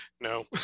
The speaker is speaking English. no